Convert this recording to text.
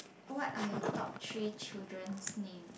what are your top three children's name